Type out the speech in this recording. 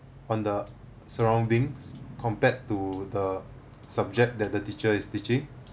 on the surroundings compared to the subject that the teacher is teaching